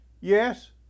Yes